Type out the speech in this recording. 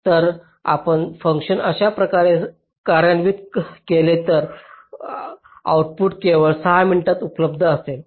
जर आपण हे फंक्शन अशा प्रकारे कार्यान्वित केले तर आउटपुट केवळ 6 मिनिटांनंतर उपलब्ध असेल